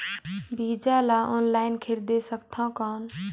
बीजा ला ऑनलाइन खरीदे सकथव कौन?